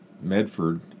Medford